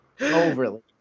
overly